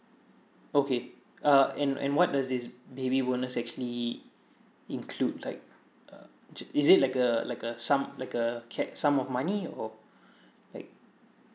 okay uh and and what does this baby bonus actually include like uh j~ is it like a like a sum like a cap sum of money or like